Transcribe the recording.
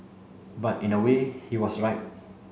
but in a way he was right